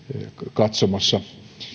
katsomassa